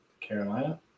Carolina